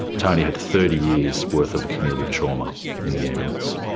tony had thirty years' worth of cumulative trauma in the ambulance.